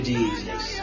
Jesus